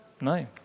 No